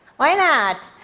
why not?